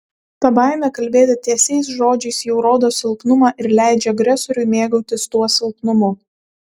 ta baimė kalbėti tiesiais žodžiais jau rodo silpnumą ir leidžia agresoriui mėgautis tuo silpnumu